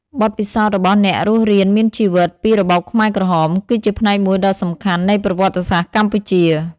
បទពិសោធន៍របស់អ្នករស់រានមានជីវិតពីរបបខ្មែរក្រហម គឺជាផ្នែកមួយដ៏សំខាន់នៃប្រវត្តិសាស្ត្រកម្ពុជា។